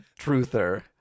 truther